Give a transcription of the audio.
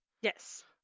Yes